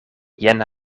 jen